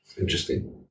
Interesting